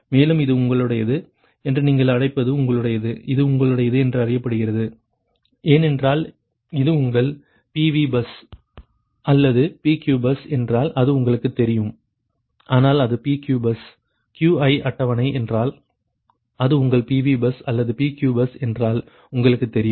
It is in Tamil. மேலும் இது உங்களுடையது என்று நீங்கள் அழைப்பது உங்களுடையது இது உங்களுடையது என்று அறியப்படுகிறது ஏனென்றால் அது உங்கள் PV பஸ் அல்லது PQ பஸ் என்றால் அது உங்களுக்கு தெரியும் ஆனால் அது PQ பஸ் Qi அட்டவணை என்றால் அது உங்கள் PV பஸ் அல்லது PQ பஸ் என்றால் உங்களுக்குத் தெரியும்